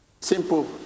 simple